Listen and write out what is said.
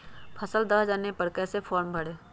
फसल दह जाने पर कैसे फॉर्म भरे?